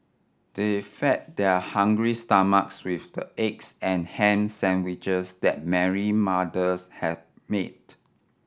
they fed their hungry stomachs with the eggs and ham sandwiches that Mary mother's had made